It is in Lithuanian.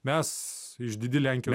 mes išdidi lenkijos